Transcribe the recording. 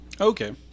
Okay